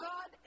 God